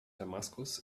damaskus